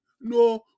No